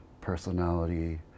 personality